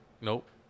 Nope